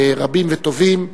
רבים וטובים.